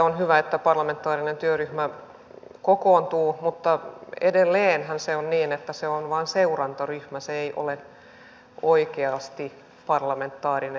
on hyvä että parlamentaarinen työryhmä kokoontuu mutta edelleenhän se on niin että se on vain seurantaryhmä se ei ole oikeasti parlamentaarinen ryhmä